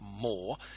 more